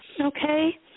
Okay